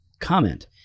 comment